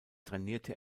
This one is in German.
trainierte